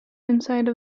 inside